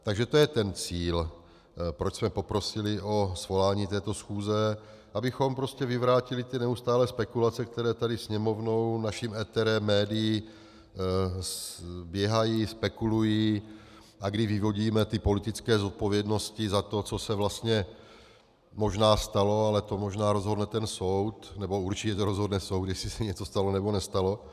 Takže to je ten cíl, proč jsme poprosili o svolání této schůze, abychom prostě vyvrátili neustálé spekulace, které tady Sněmovnou, naším éterem, médii běhají, spekulují a kdy vyvodíme politické zodpovědnosti za to, co se vlastně možná stalo, ale to možná rozhodne soud, nebo to určitě rozhodne soud, jestli se něco stalo, nebo nestalo.